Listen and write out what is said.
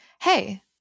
Hey